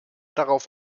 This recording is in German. darauf